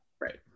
Right